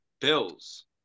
Bills